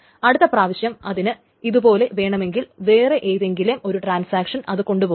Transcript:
അടുത്ത പ്രാവശ്യം അതിനു ഇതുപോലെ വേണമെങ്കിൽ വേറെ ഏതെങ്കിലും ഒരു ട്രാൻസാക്ഷൻ അത് കൊണ്ടുപോകും